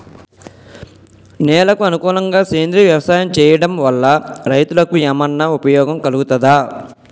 నేలకు అనుకూలంగా సేంద్రీయ వ్యవసాయం చేయడం వల్ల రైతులకు ఏమన్నా ఉపయోగం కలుగుతదా?